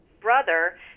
brother